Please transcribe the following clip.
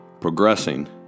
progressing